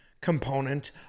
component